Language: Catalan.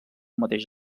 mateix